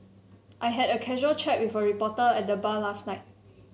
I had a casual chat with a reporter at the bar last night